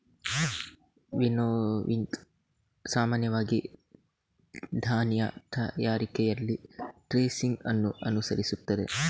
winnowing ಸಾಮಾನ್ಯವಾಗಿ ಧಾನ್ಯ ತಯಾರಿಕೆಯಲ್ಲಿ ಥ್ರೆಸಿಂಗ್ ಅನ್ನು ಅನುಸರಿಸುತ್ತದೆ